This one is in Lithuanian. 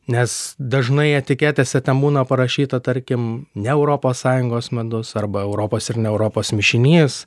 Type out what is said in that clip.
nes dažnai etiketėse ten būna parašyta tarkim ne europos sąjungos medus arba europos ir ne europos mišinys